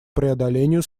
преодолению